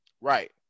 Right